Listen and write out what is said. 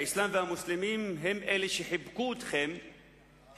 האסלאם והמוסלמים הם אלה שחיבקו אתכם,